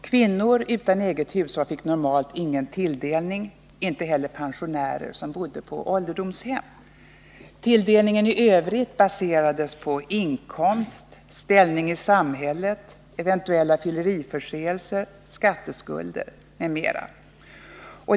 Kvinnor utan eget hushåll fick normalt inte någon tilldelning, inte heller pensionärer som bodde på ålderdomshem. Tilldelningen i övrigt baserades på inkomst, ställning i samhället, eventuella fylleriförseelser, skatteskulder m.m.